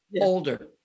older